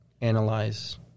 analyze